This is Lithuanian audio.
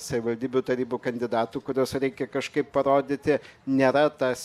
savivaldybių tarybų kandidatų kuriuos reikia kažkaip parodyti nėra tas